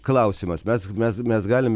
klausimas mes mes mes galim